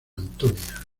antonia